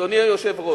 אדוני היושב-ראש,